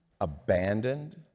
abandoned